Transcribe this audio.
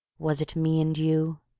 was it me and you?